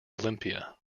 olympia